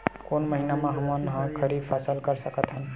कोन महिना म हमन ह खरीफ फसल कर सकत हन?